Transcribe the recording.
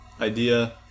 idea